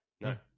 no